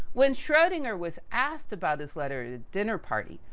when schrodinger was asked about this letter at a dinner party,